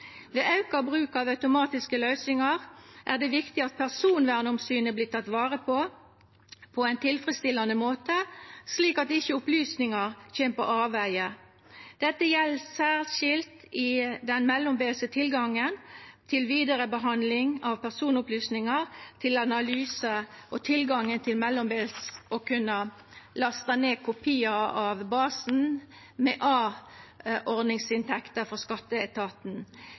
Ved auka bruk av automatiske løysingar er det viktig at personvernomsynet vert teke vare på på ein tilfredsstillande måte, slik at ikkje opplysningar kjem på avvegar. Det gjeld særskilt i den mellombelse tilgangen til vidarebehandling av personopplysningar til analyse og tilgangen til mellombels å kunna lasta ned kopiar av basen med a-ordningsinntekter frå skatteetaten.